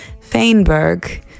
Feinberg